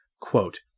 Quote